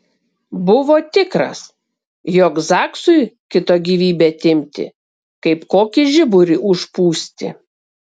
buvo tikras jog zaksui kito gyvybę atimti kaip kokį žiburį užpūsti